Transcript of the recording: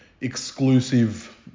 exclusive